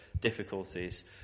difficulties